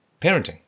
parenting